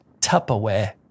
Tupperware